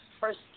First